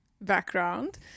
background